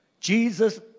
Jesus